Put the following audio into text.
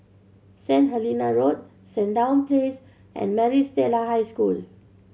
Saint Helena Road Sandown Place and Maris Stella High School